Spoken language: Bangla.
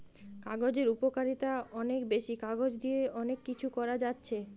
কাগজের উপকারিতা অনেক বেশি, কাগজ দিয়ে অনেক কিছু করা যাচ্ছে